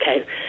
okay